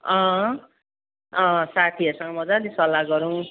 अँ साथीहरूसँग मज्जाले सल्लाह गरौँ